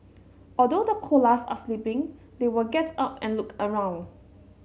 although the koalas are sleeping they will get up and look around